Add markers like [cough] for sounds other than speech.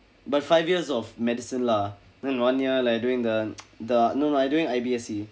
but five years of medicine lah then one year like I doing the [noise] the no no I doing I_B_S_C